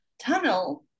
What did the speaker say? Tunnel